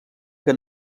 que